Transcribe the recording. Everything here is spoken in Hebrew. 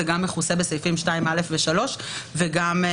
גם כי זה מכוסה בסעיפים 2(א) ו-3 וגם כי